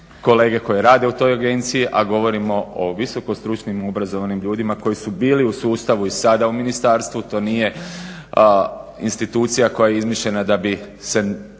kolege koje rade u toj agenciji, a govorimo o visoko stručnim obrazovanim ljudima koji su bili u sustavu i sada u ministarstvu, to nije institucija koja je izmišljena da bi se